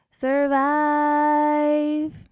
survive